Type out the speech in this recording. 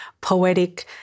poetic